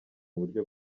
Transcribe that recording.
buryo